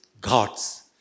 God's